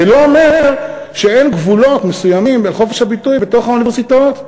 זה לא אומר שאין גבולות מסוימים לחופש הביטוי בתוך האוניברסיטאות,